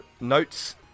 notes